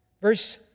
Verse